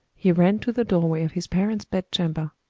he ran to the doorway of his parents' bedchamber.